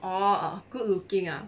oh good looking ah